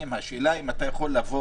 ככל שאנחנו מקבלים את זה שהנושא של מוקדים